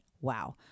wow